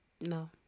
No